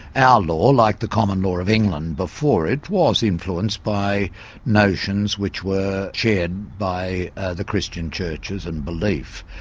our law like the common law of england before it, was influenced by notions which were shared by the christian churches and belief.